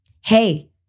hey